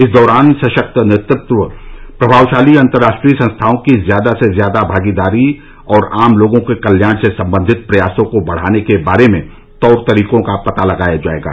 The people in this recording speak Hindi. इस दौरान सशक्त नेतृत्व प्रभावशाली अंतर्राष्ट्रीय संस्थाओं की ज्यादा से ज्यादा भागीदारी और आम लोगों के कल्याण से संबंधित प्रयासों को बढ़ाने के बारे में तौर तरीकों का पता लगाया जायेगा